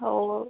हो